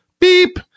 beep